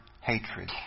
hatred